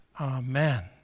amen